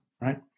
right